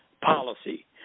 policy